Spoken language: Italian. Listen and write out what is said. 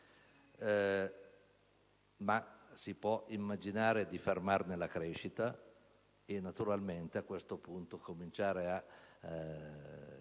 ma si può pensare di fermarne la crescita e naturalmente, a questo punto, cominciare a cambiare